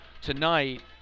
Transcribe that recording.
tonight